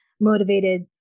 motivated